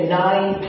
nine